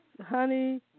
honey